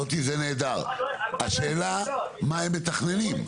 מוטי, השאלה מה הם מתכננים?